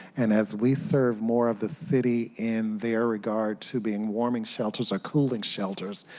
and as we serve more of the city in their regard to being warming shelters or cooling shelters,